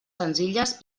senzilles